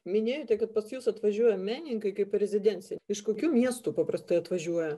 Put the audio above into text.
minėjote kad pas jus atvažiuoja menininkai kaip į rezidenciją iš kokių miestų paprastai atvažiuoja